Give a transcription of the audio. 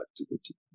activity